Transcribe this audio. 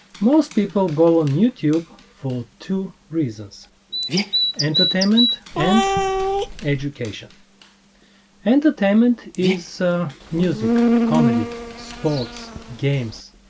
most people go on youtube for two reasons entertainment and education entertainment is music, comedy, sports, games,